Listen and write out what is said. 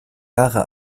jahre